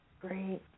Great